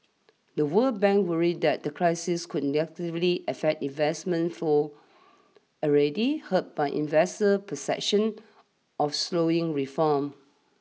the World Bank worries that the crisis could negatively affect investment flows already hurt by investor perceptions of slowing reforms